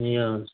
ए हजुर